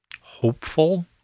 hopeful